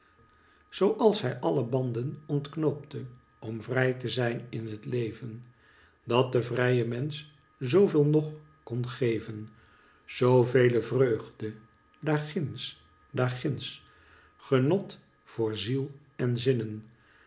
hij alle banden ontknoopte om vrij te zijn in het leven dat den vrijen mensch zoo veel nog kon geven zoo vele vreugde daar ginds daar ginds genot voor ziel en zinnen